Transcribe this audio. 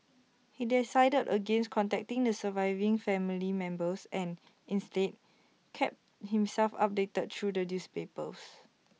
he decided against contacting the surviving family members and instead kept himself updated through the newspapers